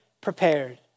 prepared